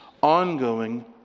ongoing